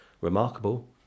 remarkable